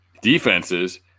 defenses